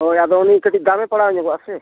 ᱦᱳᱭ ᱟᱫᱚ ᱩᱱᱤ ᱠᱟᱹᱴᱤᱡ ᱫᱟᱢ ᱮ ᱯᱟᱲᱟᱣ ᱧᱚᱜᱚᱜᱼᱟ ᱥᱮ